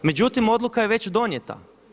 Međutim, odluka je već donijeta.